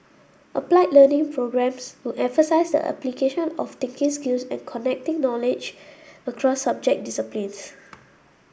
applied Learning programmes will emphasise the application of thinking skills and connecting knowledge across subject disciplines